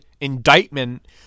indictment